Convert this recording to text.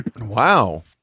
Wow